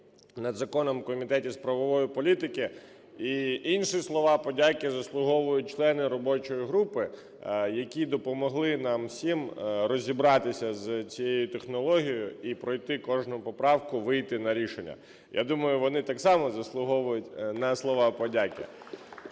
над законом в Комітеті з правової політики. І інші слова подяки заслуговують члени робочої групи, які допомогли нам всім розібратися з цією технологією і пройти кожну поправку, вийти на рішення. Я думаю, вони так само заслуговують на слова подяки.